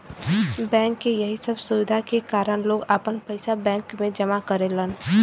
bank के यही सब सुविधा के कारन लोग आपन पइसा बैंक में जमा करेलन